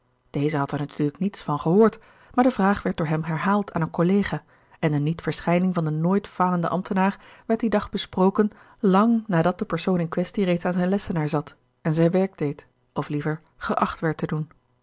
deze had er natuurlijk niets van gehoord maar de vraag werd door hem herhaald aan een collega en de niet ver schijning van den nooit falenden ambtenaar werd dien dag besproken lang nadat de persoon in quaestie reeds aan zijn lessenaar zat en zijn werk deed of liever geacht werd te doen